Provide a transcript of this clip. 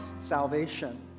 salvation